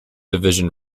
division